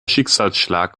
schicksalsschlag